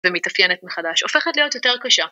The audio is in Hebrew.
ומתאפיינת מחדש, הופכת להיות יותר קשה.